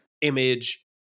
image